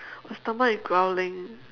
my stomach is growling